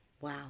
Wow